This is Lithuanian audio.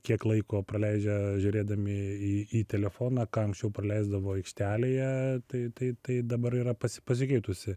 kiek laiko praleidžia žiūrėdami į į telefoną ką anksčiau praleisdavo aikštelėje tai tai tai dabar yra pasikeitusi